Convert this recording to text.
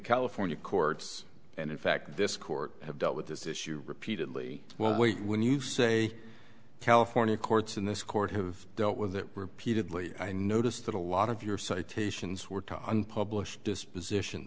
california courts and in fact this court have dealt with this issue repeatedly well when you say california courts and this court have dealt with it repeatedly i noticed that a lot of your citations were to unpublished disposition